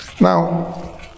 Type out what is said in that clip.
Now